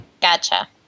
Gotcha